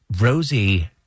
Rosie